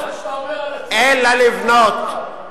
אם זה מה שאתה אומר, אתה צריך להתבייש.